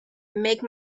make